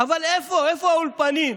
אבל איפה, איפה האולפנים?